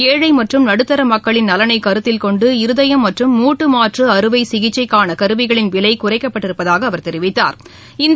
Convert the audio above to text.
ஏழ மற்றம் நடுத்தர மக்களின் நலனை கருத்தில் கொண்டு இருதய மற்றும் மூட்டு மாற்று அறுவை சிகிச்சைக்கான கருவிகளின் விலை குறைக்கப்பட்டிருப்பதாக தெரிவித்தாா்